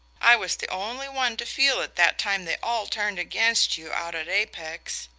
i was the only one to feel it that time they all turned against you out at apex.